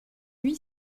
lui